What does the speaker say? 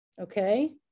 Okay